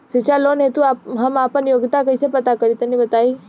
शिक्षा लोन हेतु हम आपन योग्यता कइसे पता करि तनि बताई?